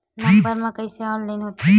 Number मा कइसे online होथे?